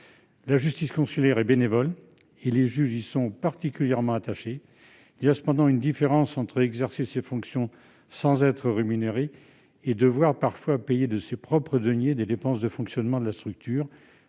La justice consulaire est bénévole, ce à quoi les juges sont particulièrement attachés. Il y a cependant une différence entre exercer ses fonctions sans être rémunéré et devoir parfois payer de ses propres deniers des dépenses de fonctionnement de la structure